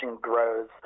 grows